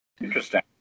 Interesting